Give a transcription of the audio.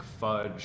fudge